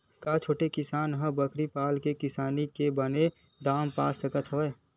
का छोटे किसान ह बकरी पाल के किसानी के बने दाम पा सकत हवय?